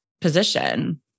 position